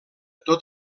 tot